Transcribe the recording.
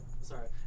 Sorry